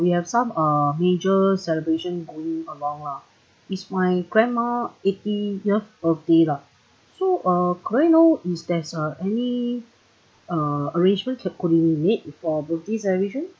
we have some uh major celebration coming along lah it's my grandma eightieth birthday lah so uh could I know is there's uh any uh arrangement that could be made for birthday celebration